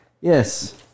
Yes